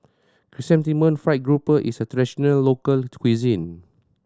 Chrysanthemum Fried Grouper is a traditional local cuisine